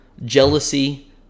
jealousy